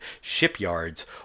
shipyards